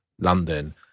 London